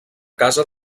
casa